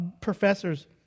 professors